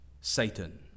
Satan